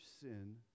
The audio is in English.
sin